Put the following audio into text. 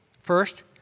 First